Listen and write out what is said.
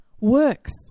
works